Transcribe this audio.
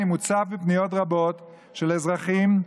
אני מוצף בפניות רבות של אזרחים,